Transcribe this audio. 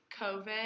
COVID